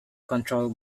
control